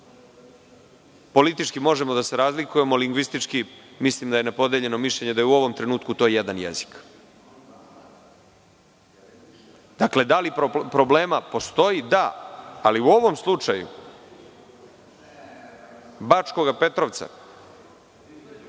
Politički možemo da se razlikujemo, lingvistički mislim da je nepodeljeno mišljenje, da je u ovom trenutku to jedan jezik. Da li problema postoji? Da, ali u ovom slučaju Bačkog Petrovca